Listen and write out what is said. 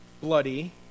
bloody